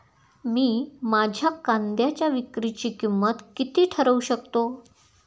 मी माझ्या कांद्यांच्या विक्रीची किंमत किती ठरवू शकतो?